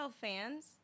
fans